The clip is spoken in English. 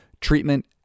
treatment